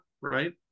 Right